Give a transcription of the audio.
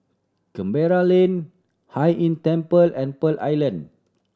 Canberra Lane Hai Inn Temple and Pearl Island